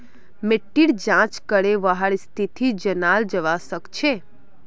मिट्टीर जाँच करे वहार स्थिति जनाल जवा सक छे